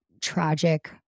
tragic